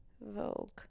Vogue